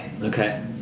Okay